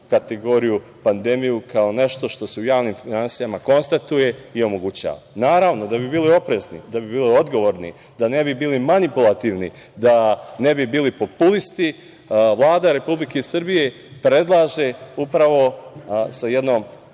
kategoriju pandemiju kao nešto što se u javnim finansijama konstatuje i omogućava. Naravno, da bi bili oprezni, da bi bili odgovorni, da ne bi bili manipulativni, da ne bi bili populisti, Vlada Republike Srbije predlaže upravo sa jednom